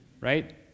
Right